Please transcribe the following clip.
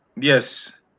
yes